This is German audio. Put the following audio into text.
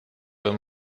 wenn